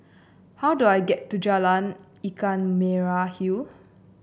how do I get to Jalan Ikan Merah Hill